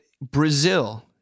Brazil